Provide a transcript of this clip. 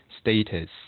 status